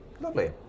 Lovely